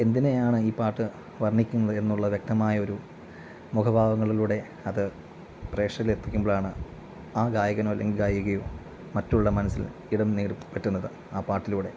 എന്തിനെയാണ് ഈ പാട്ട് വർണ്ണിക്കുന്നത് എന്നുള്ള വ്യക്തമായ ഒരു മുഖഭാവങ്ങളിലൂടെ അത് പ്രേക്ഷകരിൽ എത്തിക്കുമ്പോഴാണ് ആ ഗായകനോ അല്ലെങ്കി ഗായികയോ മറ്റുള്ള മനസ്സിൽ ഇടം നേടി പറ്റുന്നത് ആ പാട്ടിലൂടെ